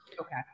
Okay